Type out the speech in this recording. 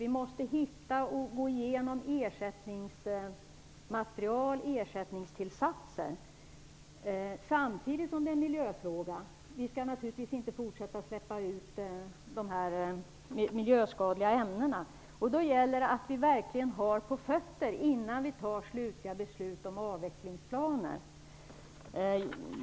Vi måste hitta och gå igenom ersättningsmaterial, ersättningstillsatser, samtidigt som det är en miljöfråga. Vi skall naturligtvis inte fortsätta att släppa ut de här miljöskadliga ämnena. Då gäller det att vi verkligen har något på fötterna innan vi fattar slutliga beslut om avvecklingsplaner.